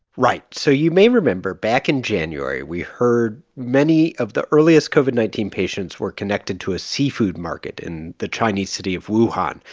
right. so you may remember, back in january, we heard many of the earliest covid nineteen patients were connected to a seafood market in the chinese city of wuhan.